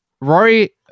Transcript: Rory